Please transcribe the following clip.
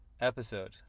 episode